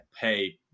pay